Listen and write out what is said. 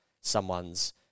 someone's